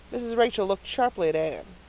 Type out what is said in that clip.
mrs. rachel looked sharply at anne,